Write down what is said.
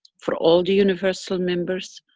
for all the universal members.